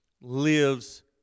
lives